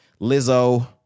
Lizzo